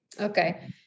Okay